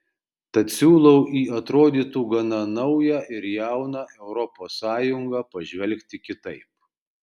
tad siūlau į atrodytų gana naują ir jauną europos sąjungą pažvelgti kitaip